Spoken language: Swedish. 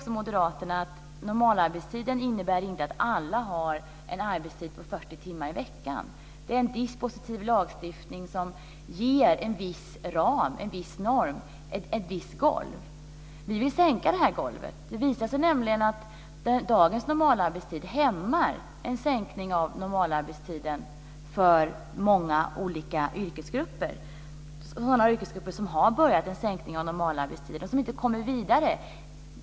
Moderaterna vet att normalarbetstiden innebär inte att alla har en arbetstid på 40 timmar i veckan. Det är en dispositiv lagstiftning som ger en viss ram, en norm, ett golv. Vi vill sänka golvet. Det visar sig att dagens normalarbetstid hämmar en sänkning av normalarbetstiden för många olika yrkesgrupper. Det är sådana yrkesgrupper som har påbörjat en sänkning av normalarbetstiden och som inte kommer vidare.